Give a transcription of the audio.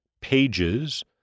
pages